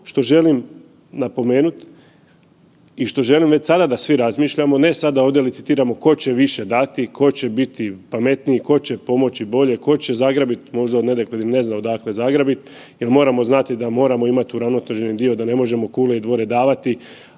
što želim napomenuti i što želim da već sada da svi razmišljamo, ne sada da ovdje licitiramo, tko će više dati, tko će biti pametniji, tko će pomoći bolje, tko će zagrabit možda …/nerazumljivo/… ni ne zna odakle zagrabit, jer moramo znati da moramo imati uravnoteženi dio da ne možemo kule i dvore davati,